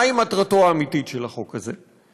מהי מטרתו האמיתית של החוק הזה?